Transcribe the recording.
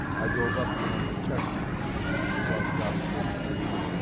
i drove up to one of the check points across route forty three,